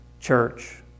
church